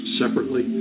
separately